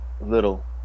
little